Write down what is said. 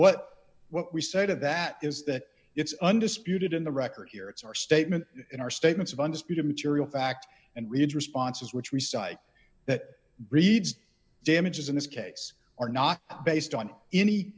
what what we said of that is that it's undisputed in the record here it's our statement in our statements of undisputed material fact and read responses which we cite that reads damages in this case are not based on any